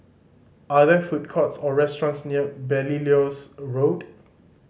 are there food courts or restaurants near Belilios Road